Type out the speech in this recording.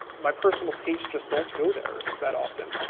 my personal tastes just don't go there that often,